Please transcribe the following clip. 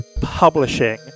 publishing